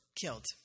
killed